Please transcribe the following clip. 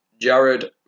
Jared